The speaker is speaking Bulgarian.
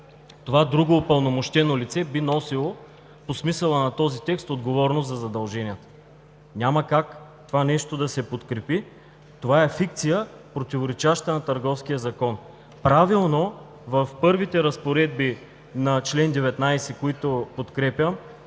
това друго упълномощено лице би носило, по смисъла на този текст, отговорност за задълженията. Няма как това нещо да се подкрепи, това е фикция, противоречаща на Търговския закон. Правилно в първите разпоредби на чл. 19, които подкрепям,